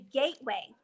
gateway